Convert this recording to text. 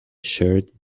shirt